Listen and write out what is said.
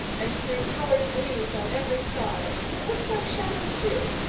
and threw coloured gleams on every side, that looked like shadows too,